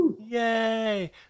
yay